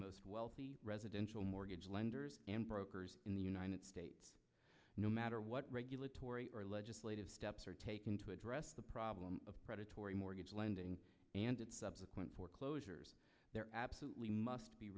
most wealthy residential mortgage lenders and brokers in the united states no matter what regulatory or legislative steps are taken to address the problem of predatory mortgage lending and subsequent foreclosures absolutely must be